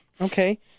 Okay